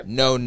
no